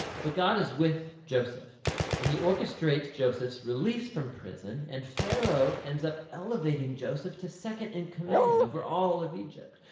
but god is with joseph and he orchestrates joseph's release from prison and pharaoh ends up elevating joseph to second in command over all of egypt.